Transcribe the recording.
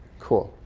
cool